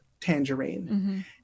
Tangerine